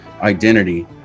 identity